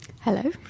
Hello